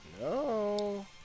no